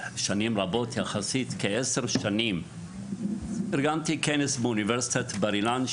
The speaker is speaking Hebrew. יחסית כעשר שנים ארגנתי כנס באוניברסיטת בר אילן,